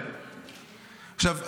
עכשיו,